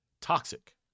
toxic